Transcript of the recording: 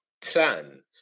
plan